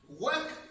Work